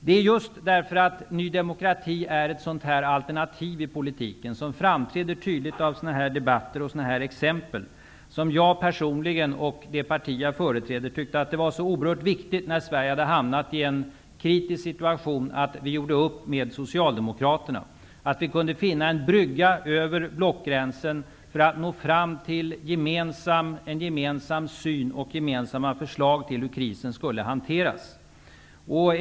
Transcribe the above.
Det var just därför att Ny demokrati är ett sådant alternativ i politiken som tydligt framträder av sådana här debatter och exempel som jag personligen och det parti som jag företräder tyckte att det var så oerhört viktigt, när Sverige hade hamnat i en kritisk situation, att vi gjorde upp med socialdemokraterna, att vi kunde finna en brygga över blockgränsen för att nå fram till en gemensam syn på och gemensamma förslag till hur krisen skulle hanteras.